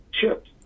chipped